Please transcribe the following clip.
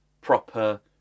proper